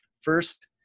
First